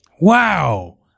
Wow